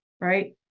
right